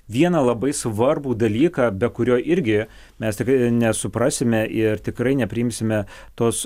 vieną labai svarbų dalyką be kurio irgi mes tikrai net nesuprasime ir tikrai nepriimsime tos